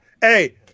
Hey